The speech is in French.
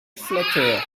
flatteur